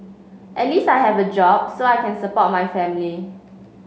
at least I have a job so I can support my family